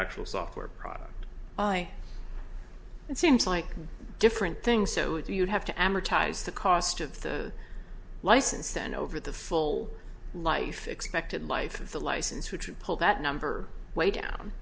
actual software product and seems like a different thing so it you'd have to amortize the cost of the license then over the full life expected life of the license which would pull that number way down